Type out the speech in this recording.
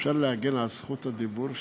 אפשר להגן על זכות הדיבור שלי?